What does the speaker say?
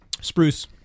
Spruce